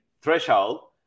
threshold